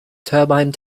turbine